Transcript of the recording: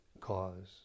cause